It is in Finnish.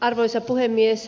arvoisa puhemies